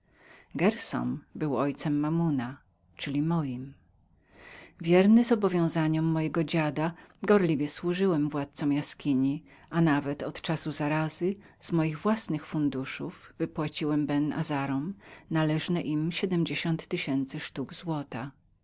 gerszon był ojcem mammona czyli moim wierny zobowiązaniom mego dziada gorliwie służyłem władzcom jaskini nawet od czasu zarazy z moich własnych funduszów wypłaciłem ben azarom ich siedmdziesiąt tysięcy sztuk złota